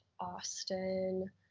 Austin